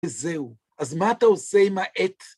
זהו. אז מה אתה עושה עם העט?